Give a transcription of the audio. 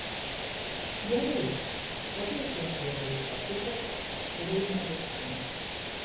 gerai padėk jas vietoj žvakutės ir eime viršun